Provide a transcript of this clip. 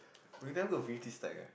we're never gonna finish this stack eh